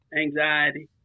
anxiety